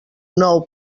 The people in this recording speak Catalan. nou